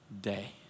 day